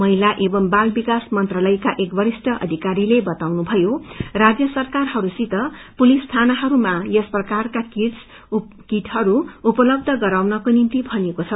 महिला एवं बाल विकास मंत्रालयका एक वरिष्ठ अधिकारीले बताउनुमयो राष्य सरकारहरूसित पुलिस थानाहरूमा यसप्रकारका किटसहरू उपलब्य गराउनको निम्ति भनिएको द